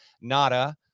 Nada